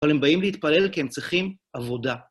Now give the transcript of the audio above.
אבל הם באים להתפלל כי הם צריכים עבודה.